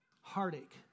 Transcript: heartache